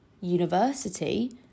university